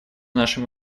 нашим